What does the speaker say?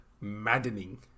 Maddening